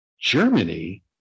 Germany